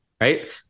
right